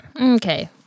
Okay